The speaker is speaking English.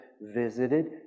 visited